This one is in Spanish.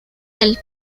del